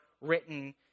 written